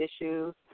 issues